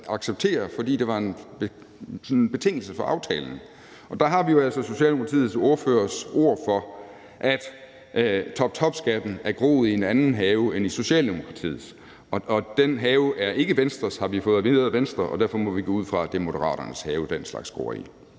accepterer, fordi det var en betingelse for aftalen, og der har vi jo altså Socialdemokratiets ordførers ord for, at toptopskatten er groet i en anden have end i Socialdemokratiets. Den have er ikke Venstres, har vi fået at vide af Venstre, og derfor må vi gå ud fra, at det er Moderaternes have, den slags gror i.